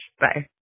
Bye